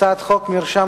הצעת החוק נתקבלה,